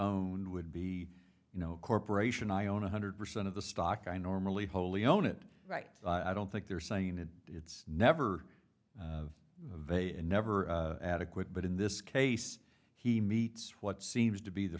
own would be you know a corporation i own one hundred percent of the stock i normally wholly own it right i don't think they're saying that it's never vague and never adequate but in this case he meets what seems to be the